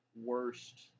worst